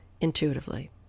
intuitively